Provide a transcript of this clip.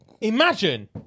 Imagine